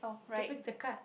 to pick the card